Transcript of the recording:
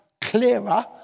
clearer